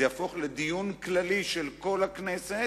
זה יהפוך לדיון כללי של כל הכנסת